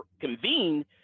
convene